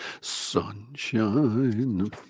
Sunshine